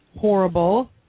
horrible